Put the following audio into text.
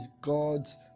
God's